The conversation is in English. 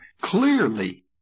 clearly